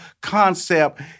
concept